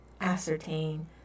ascertain